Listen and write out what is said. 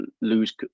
lose